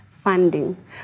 funding